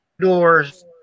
doors